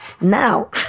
now